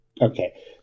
Okay